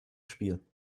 spiel